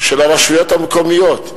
של הרשויות המקומיות.